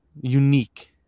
unique